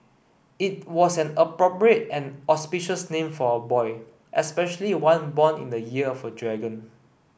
it was an appropriate and auspicious name for a boy especially one born in the year of a dragon